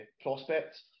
prospects